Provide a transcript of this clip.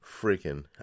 freaking